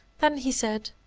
then he said,